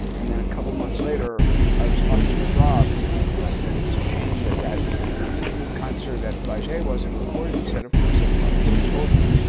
and then a couple months later, i was talking with rob and and i said it's a shame that that concert at flagey wasn't recorded. he said of course it and was i told you.